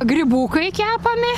grybukai kepami